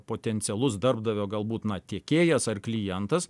potencialus darbdavio galbūt na tiekėjas ar klientas